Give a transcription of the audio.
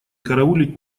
караулить